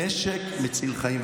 נשק מציל חיים.